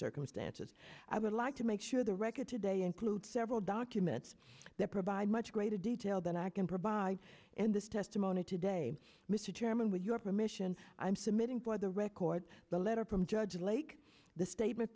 circumstances i would like to make sure the record today includes several documents that provide much greater detail than i can provide in this testimony today mr chairman with your permission i'm submitting for the record the letter from judge lake the statement